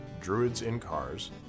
druidsincars